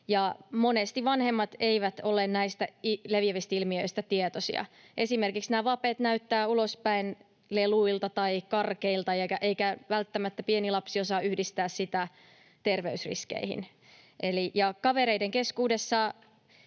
Monesti vanhemmat eivät ole näistä leviävistä ilmiöistä tietoisia. Esimerkiksi vapet näyttävät ulospäin leluilta tai karkeilta, eikä pieni lapsi välttämättä osaa yhdistää sitä terveysriskeihin. Kavereiden keskuudessa